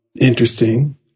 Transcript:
Interesting